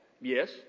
Yes